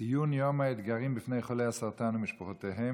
ציון יום האתגרים בפני חולי הסרטן ומשפחותיהם.